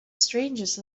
strangest